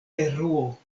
peruo